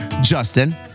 Justin